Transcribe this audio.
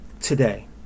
today